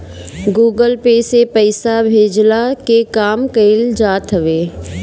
Google pay से पईसा भेजला के काम कईल जात हवे